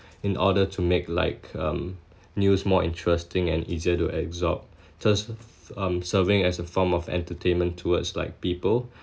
in order to make like um news more interesting and easier to absorb just f~ um serving as a form of entertainment towards like people